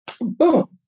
boom